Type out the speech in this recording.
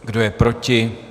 Kdo je proti?